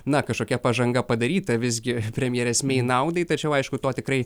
na kažkokia pažanga padaryta visgi premjerės mei naudai tačiau aišku to tikrai